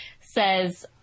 says